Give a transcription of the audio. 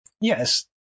yes